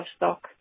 livestock